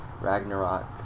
Ragnarok